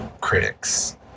critics